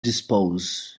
disposes